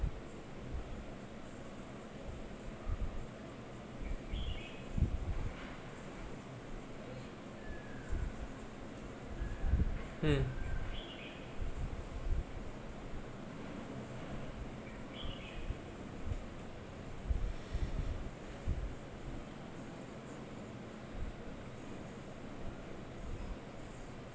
mm